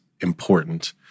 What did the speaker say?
important